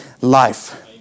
life